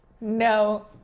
No